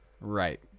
Right